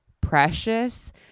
precious